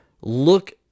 look